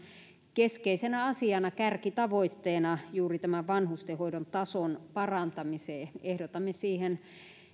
keskeisenä asiana kärkitavoitteena juuri tämän vanhustenhoidon tason parantamisen ehdotamme siihen